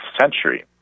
century